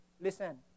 listen